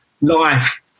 life